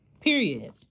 Period